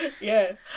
Yes